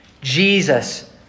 Jesus